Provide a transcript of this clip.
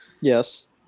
Yes